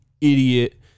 idiot